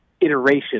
iteration